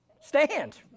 stand